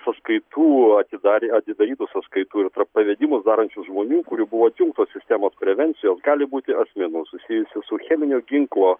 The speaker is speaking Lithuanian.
sąskaitų atidar atidarytų sąskaitų ir tarp pavedimus darančių žmonių kurių buvo atjungtos sistemos prevencijos gali būti asmenų susijusių su cheminio ginklo